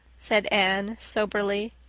said anne soberly.